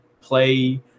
play –